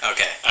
Okay